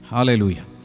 Hallelujah